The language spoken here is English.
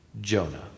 Jonah